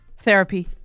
Therapy